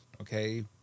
okay